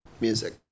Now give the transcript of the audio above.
music